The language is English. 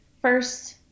First